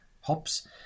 hops